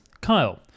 Kyle